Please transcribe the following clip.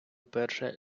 перше